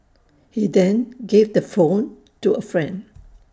he then gave the phone to A friend